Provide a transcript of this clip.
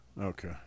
Okay